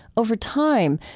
over time,